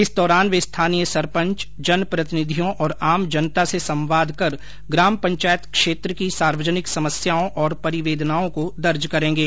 इस दौरान वे स्थानीय सरपंच जन प्रतिनिधियों और आम जनता से संवाद कर ग्राम पंचायत क्षेत्र की सार्वजनिक समस्याओं और परिवेदनाओं को दर्ज करेंगे